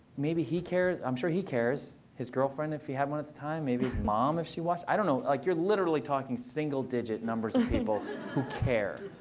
maybe he cares. i'm sure he cares. his girlfriend, if he had one at the time, maybe his mom if she watched. i don't know. like, you're literally talking single digit numbers of people who care.